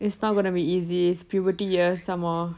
it's not going to be easy it's puberty years somemore